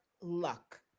luck